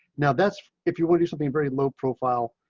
now that's if you will do something very low profile,